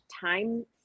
time